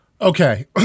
Okay